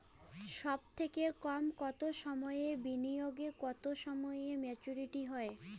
সবথেকে কম কতো সময়ের বিনিয়োগে কতো সময়ে মেচুরিটি হয়?